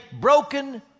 broken